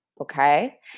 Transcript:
okay